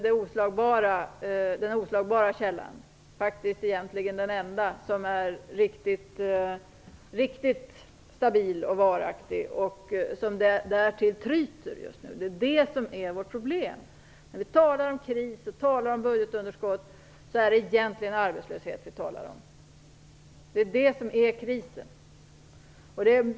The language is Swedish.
Det är den oslagbara källan, egentligen den enda stabila och varaktiga, som därtill just nu tryter. Det är det som är vårt problem. När vi talar om kris och om budgetunderskott är det egentligen arbetslöshet som vi talar om. Det är arbetslösheten som är krisen.